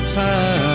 time